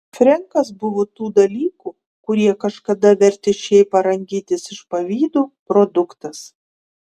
frenkas buvo tų dalykų kurie kažkada vertė šėpą rangytis iš pavydo produktas